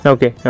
Okay